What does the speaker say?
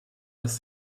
dass